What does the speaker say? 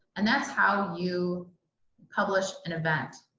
and that's how you publish an event.